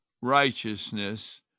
righteousness